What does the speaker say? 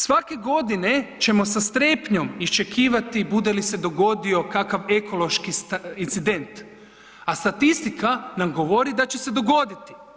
Svake godine ćemo sa strepnjom iščekivati bude li se dogodio kakav ekološki incident, a statistika nam govori da će se dogoditi.